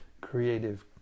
creative